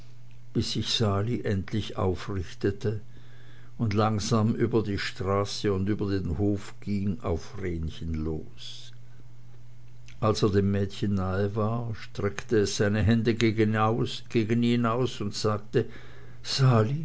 bis sich sali endlich aufrichtete und langsam über die straße und über den hof ging auf vrenchen los als er dem mädchen nahe war streckte es seine hände gegen ihn aus und sagte sali